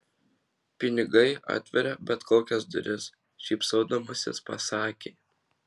pinigai atveria bet kokias duris šypsodamasis pasakė